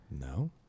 No